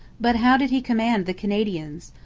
but how did he command the canadians?